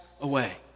away